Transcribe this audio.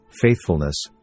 faithfulness